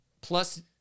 plus